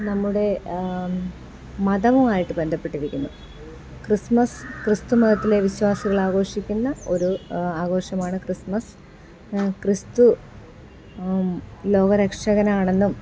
നമ്മുടെ മതവുമായിട്ട് ബന്ധപ്പെട്ടിരിക്കുന്നു ക്രിസ്മസ് ക്രിസ്തു മതത്തിലെ വിശ്വാസികൾ ആഘോഷിക്കുന്ന ഒരു ആഘോഷമാണ് ക്രിസ്മസ് ക്രിസ്തു ലോക രക്ഷകനാണെന്നും